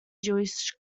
jewish